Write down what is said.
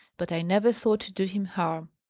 but i never thought to do him harm.